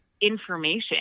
information